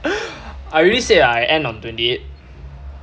I already said I end on twenty eight